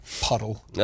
Puddle